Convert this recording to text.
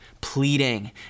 pleading